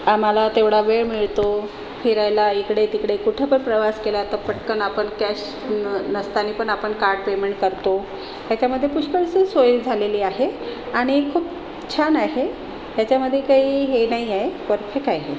आम्हाला तेवढा वेळ मिळतो फिरायला इकडे तिकडे कुठंपण प्रवास केला तर पटकन आपण कॅश नसताना पण आपण कार्ड पेमेंट करतो याच्यामध्ये पुष्कळसं सोय झालेली आहे आणि खूप छान आहे याच्यामध्ये काही हे नाही आहे परफेक आहे हे